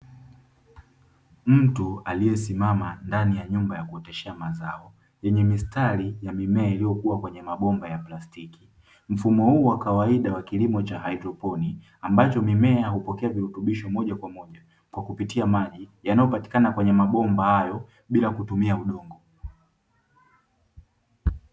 Mtu aliyesimama katika nyumba ya kuoteshea mazao, yenye mistari iliyokuwa kwenye mabomba ya plastiki mfumo huu wa kawaida wa hidroponiki, ambapo mimea hupokea virutubisho moja kwa moja kupitia maji yanayopatikana katika mabomba hayo bila kutumia udongo.